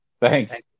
Thanks